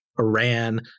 Iran